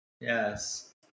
Yes